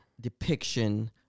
depiction